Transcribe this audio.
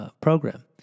program